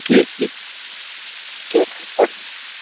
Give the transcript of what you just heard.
ٹھیک ٹھیک ٹھیک ہے چلیے